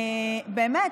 באמת,